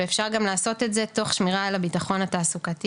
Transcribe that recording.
ואפשר גם לעשות את זה תוך שמירה על הבטחון התעסוקתי.